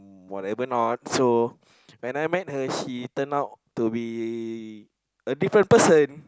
whatever note so when I meet he turn out to be a different person